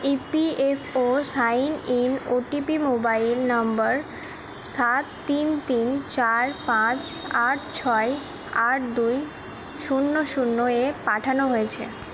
EPFO sign in OTP mobile নম্বর সাত তিন তিন চার পাঁচ আট ছয় আট দুই শূন্য শূন্যয়ে পাঠানো হয়েছে